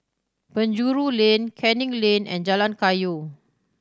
Penjuru Lane Canning Lane and Jalan Kayu